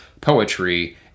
poetry